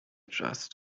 just